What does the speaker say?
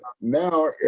now